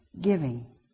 giving